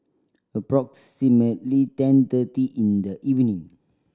approximately ten thirty in the evening